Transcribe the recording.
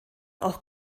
auch